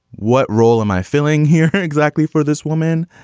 what role am i feeling here exactly for this woman?